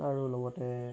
আৰু লগতে